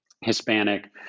Hispanic